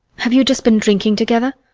have you just been drinking together?